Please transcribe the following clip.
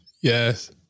Yes